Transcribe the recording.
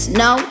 no